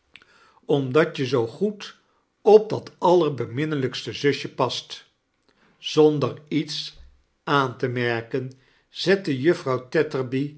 omdat je zoo goed op dat allerbeminnelijkste zusje past zander iets aan te merken zette juffrouw